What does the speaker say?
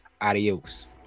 adios